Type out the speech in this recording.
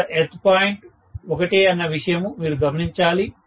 ఇక్కడ earth point ఒకటే అన్న విషయము మీరు గమనించాలి